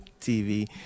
TV